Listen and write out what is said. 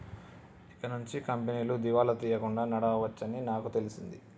ఇకనుంచి కంపెనీలు దివాలా తీయకుండా నడవవచ్చని నాకు తెలిసింది